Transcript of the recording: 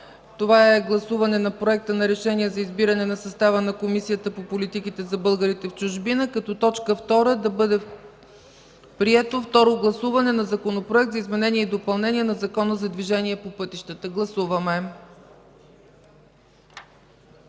утре след т. 1 – Проект на решение за избиране на състава на Комисията по политиките за българите в чужбина, като т. 2 да бъде Второ гласуване на Законопроекта за изменение и допълнение на Закона за движението по пътищата. Гласуваме.